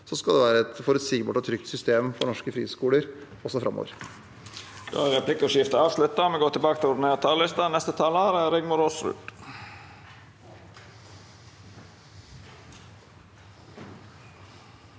skal det være et forutsigbart og trygt system for norske friskoler, også framover.